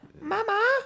Mama